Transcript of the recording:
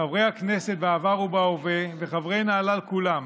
חברי הכנסת בעבר ובהווה וחברי נהלל כולם